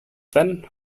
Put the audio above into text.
then